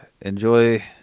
enjoy